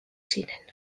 ziren